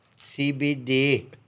CBD